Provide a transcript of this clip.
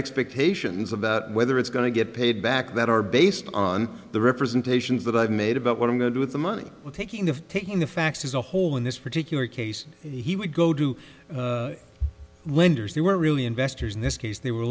expectations about whether it's going to get paid back that are based on the representations that i've made about what i'm going to do with the money but taking the take in the facts as a whole in this particular case he would go to lenders they were really investors in this case they were